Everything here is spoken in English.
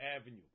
avenue